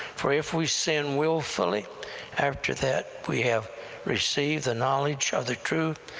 for if we sin wilfully after that we have received the knowledge of the truth,